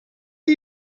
are